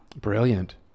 brilliant